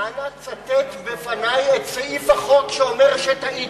צטט בפני את סעיף החוק שאומר שטעיתי.